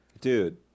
dude